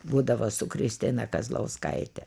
būdavo su kristina kazlauskaite